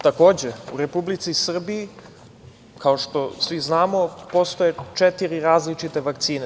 Takođe, u Republici Srbiji kao što svi znamo postoje četiri različite vakcine.